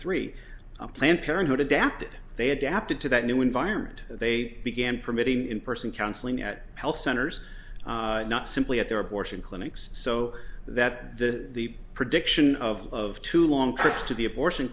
three planned parenthood adapted they adapted to that new environment they began permitting in person counseling at health centers not simply at their abortion clinics so that the prediction of of two long trips to the abortion